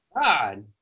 God